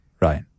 Right